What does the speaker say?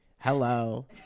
Hello